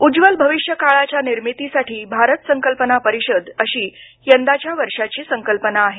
उज्ज्वल भविष्य काळाच्या निर्मितीसाठी भारत संकल्पना परिषद अशी यंदाच्या वर्षांची संकल्पना आहे